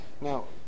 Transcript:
Now